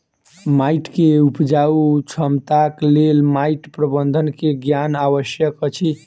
माइट के उपजाऊ क्षमताक लेल माइट प्रबंधन के ज्ञान आवश्यक अछि